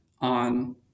on